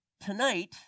tonight